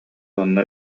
онно